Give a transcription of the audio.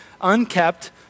unkept